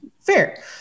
fair